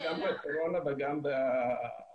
עצמו גם בקורונה וגם בשגרה.